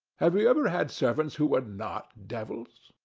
have you ever had servants who were not devils?